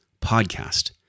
podcast